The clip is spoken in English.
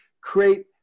create